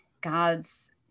God's